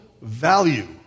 value